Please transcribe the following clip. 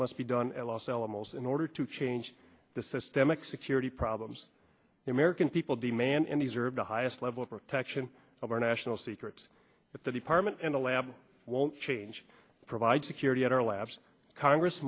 must be done at los alamos in order to change the systemic security problems the american people demand in these are the highest level of protection of our national secrets but the department and the lab won't change provide security at our labs congress